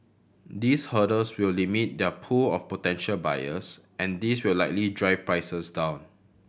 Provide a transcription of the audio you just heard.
these hurdles will limit their pool of potential buyers and this will likely drive prices down